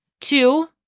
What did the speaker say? Two